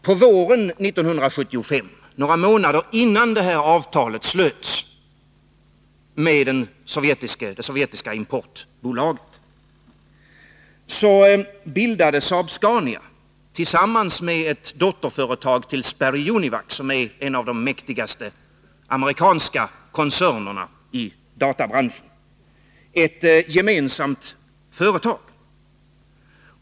På våren 1975, några månader innan detta avtal slöts med det sovjetiska importbolaget, bildade Saab-Scania tillsammans med ett dotterföretag till Sperry Univac, som är en av de mäktigaste amerikanska koncernerna i databranschen, ett gemensamt företag.